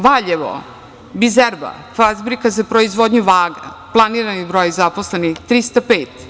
Valjevo, „Bizerba“ fabrika za proizvodnju vaga, planirani broj zaposlenih 305.